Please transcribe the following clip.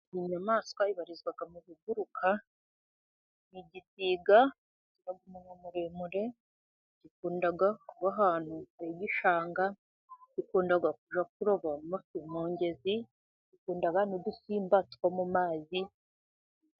Iyi nyamaswa ibarizwa mu biguruka, ni igisiga kigira umunwa muremure, gikunda kuba ahantu h'igishanga, gikunda kujya kuroba amafi mu mugezi gikunda n'udusimba two mu mazi.